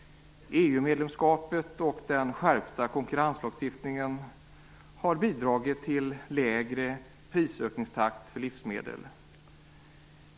EU-medlemskapet och den skärpta konkurrenslagstiftningen har bidragit till lägre prisökningstakt för livsmedel.